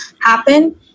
happen